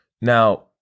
Now